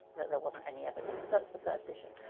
that there wasn't any evidence. so that's the first issue.